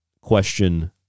question